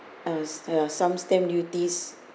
ah ah some stamp duties